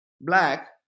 black